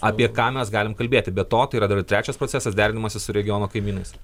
apie ką mes galim kalbėti be to tai yra dar trečias procesas derinamasi su regiono kaimynais